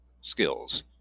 skills